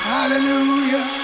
Hallelujah